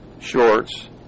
shorts